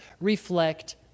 reflect